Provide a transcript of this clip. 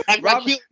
Robert